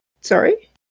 Sorry